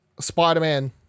Spider-Man